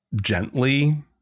gently